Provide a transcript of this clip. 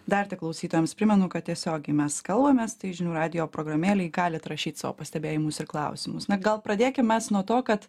dar tik klausytojams primenu kad tiesiogiai mes kalbamės tai žinių radijo programėlėj galit rašyt savo pastebėjimus ir klausimus na gal pradėkim mes nuo to kad